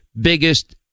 biggest